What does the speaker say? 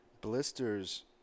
Blisters